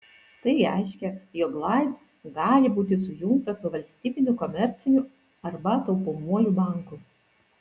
tai reiškia jog laib gali būti sujungtas su valstybiniu komerciniu arba taupomuoju banku